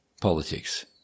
politics